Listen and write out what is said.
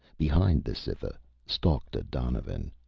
behind the cytha stalked a donovan.